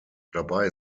dabei